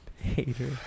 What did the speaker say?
hater